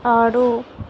ఆడు